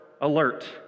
alert